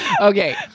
Okay